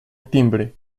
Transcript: timbre